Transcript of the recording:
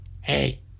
Hey